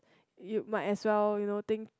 you might as well think